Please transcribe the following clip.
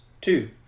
Two